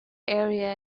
area